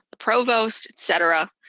the provost, et cetera.